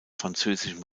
französischem